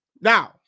Now